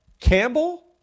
Campbell